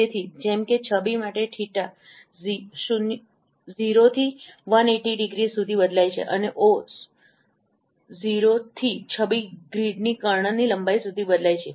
તેથી જેમ કે છબી માટે થીટાθ 0 થી 180 ડિગ્રી સુધી બદલાય છે અને ઓહρ 0 થી છબી ગ્રીડની કર્ણની લંબાઈ સુધી બદલાય છે